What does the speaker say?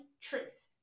truth